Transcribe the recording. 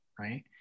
Right